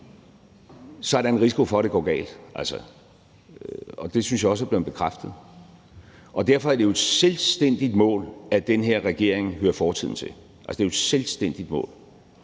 så er der en risiko for, at det går galt. Det synes jeg altså også er blevet bekræftet. Derfor er det jo et selvstændigt mål, at den her regering hører fortiden til. Det er et selvstændigt mål.